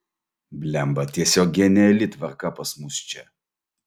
blemba tiesiog geniali tvarka pas mus čia